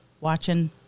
watching